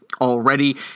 already